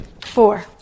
Four